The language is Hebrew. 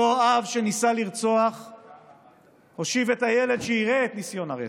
אותו אב שניסה לרצוח הושיב את הילד שיראה את ניסיון הרצח.